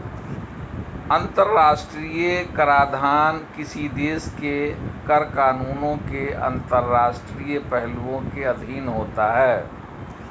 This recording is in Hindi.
अंतर्राष्ट्रीय कराधान किसी देश के कर कानूनों के अंतर्राष्ट्रीय पहलुओं के अधीन होता है